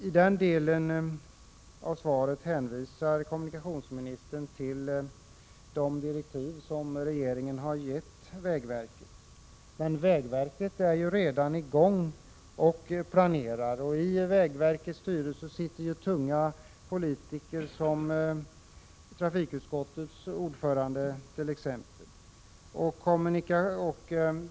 I den delen av interpellationssvaret hänvisar kommunikationsministern till de direktiv som regeringen har gett vägverket. Men vägverket är ju redan i gång med planeringen. I vägverkets styrelse sitter tunga politiker som trafikutskottets ordförande t.ex.